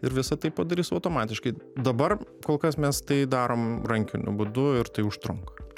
ir visa tai padarys automatiškai dabar kol kas mes tai darom rankiniu būdu ir tai užtrunka